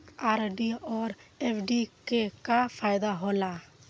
RD और FD के का फायदा हौला?